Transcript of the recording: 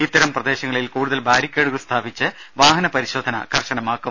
ഇത്തരം പ്രദേശങ്ങളിൽ കൂടുതൽ ബാരിക്കേഡുകൾ സ്ഥാപിച്ച് വാഹന മുതിർന്ന പരിശോധന കർശനമാക്കും